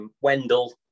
Wendell